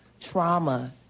trauma